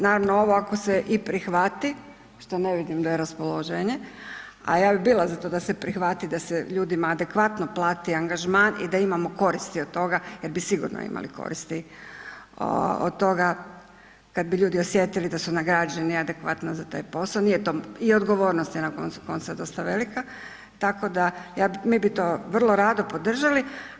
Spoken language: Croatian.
Naravno ovo ako se i prihvati, što ne vidim da je raspoloženje, a ja bi bila za to da se prihvati da se ljudima adekvatno plati angažman i da imamo koristi od toga jer bi sigurno imali koristi od toga kada bi ljudi osjetili da su nagrađeni adekvatno za taj posao i odgovornost je na koncu konca dosta velika, tako da mi bi to vrlo rado podržali.